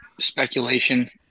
speculation